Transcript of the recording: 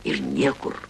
ir niekur